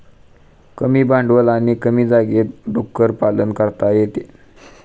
कमी भांडवल आणि कमी जागेत डुक्कर पालन करता येते